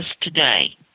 today